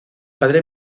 padre